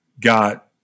got